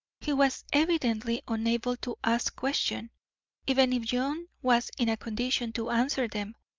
he was evidently unable to ask questions, even if john was in a condition to answer them.